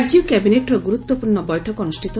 ରାଜ୍ୟ କ୍ୟାବିନେଟ୍ର ଗୁରୁତ୍ୱପୂର୍ଶ୍ଣ ବୈଠକ ଅନୁଷ୍ଟିତ